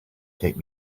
take